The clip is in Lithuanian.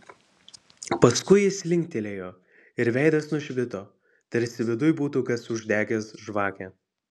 paskui jis linktelėjo ir veidas nušvito tarsi viduj būtų kas uždegęs žvakę